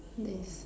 yes